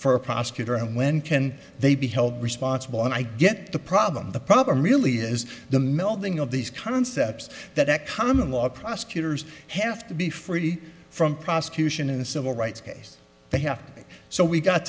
for a prosecutor and when can they be held responsible and i get the problem the problem really is the melding of these concepts that common law prosecutors have to be free from prosecution in the civil rights case they have so we got